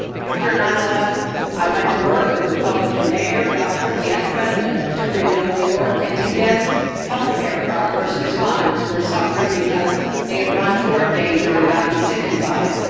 after nine eleven, i went to work with republican mayor, governor and president to rebuild new york and to get health care for our first responders who were suffering because they had run towards danger and gotten sickened by it.